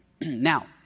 Now